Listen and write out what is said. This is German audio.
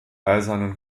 eisernen